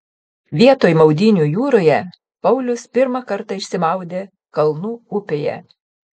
vietoj maudynių jūroje paulius pirmą kartą išsimaudė kalnų upėje